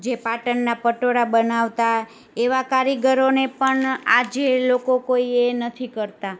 જે પાટણના પટોળાં બનાવતા એવા કારીગરોને પણ આજે લોકો કોઈ એ નથી કરતાં